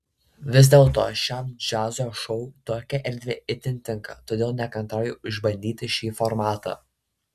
vis dėlto šiam džiazo šou tokia erdvė itin tinka todėl nekantrauju išbandyti šį formatą